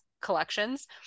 collections